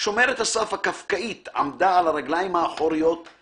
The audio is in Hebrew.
שומרת הסף הקפקאית / עמדה על הרגליים האחוריות /